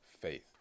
faith